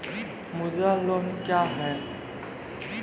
मुद्रा लोन क्या हैं?